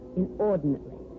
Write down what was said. inordinately